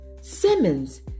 Simmons